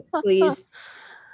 Please